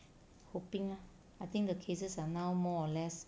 hoping ah I think the cases are now more or less